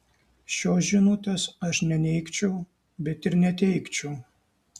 šios žinutės aš neneigčiau bet ir neteigčiau